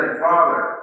Father